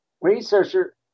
Researcher